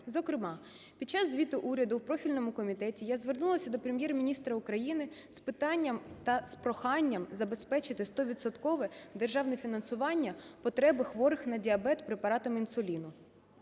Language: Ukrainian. Зокрема, під час звіту уряду в профільному комітеті я звернулася до Прем'єр-міністра України з питанням та з проханням забезпечити стовідсоткове державне фінансування потреби хворих на діабет препаратами інсуліну.